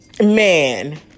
man